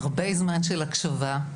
הרבה זמן של הקשבה,